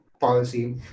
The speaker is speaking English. policy